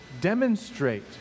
demonstrate